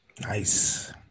Nice